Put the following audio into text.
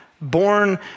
born